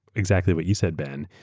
exactly what you said ben.